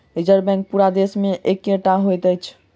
reserve bank पूरा देश मे एकै टा होइत अछि